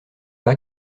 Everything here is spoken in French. pas